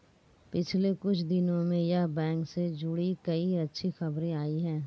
पिछले कुछ दिनो में यस बैंक से जुड़ी कई अच्छी खबरें आई हैं